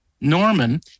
Norman